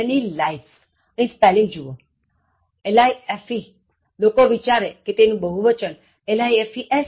Many lifesઅહીં spelling જુવો life લોકો વિચારે છે કે તેનું બહુવચન lifes થાય છે